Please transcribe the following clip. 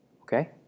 Okay